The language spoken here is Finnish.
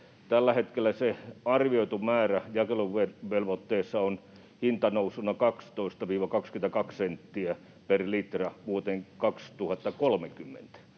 tällä hetkellä se arvioitu määrä jakeluvelvoitteessa on hintanousuna 12—22 senttiä per litra vuoteen 2030